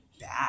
bad